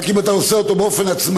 רק אם אתה עושה אותו באופן עצמאי.